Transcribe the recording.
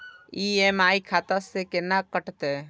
EMI खाता से केना कटते?